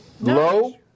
low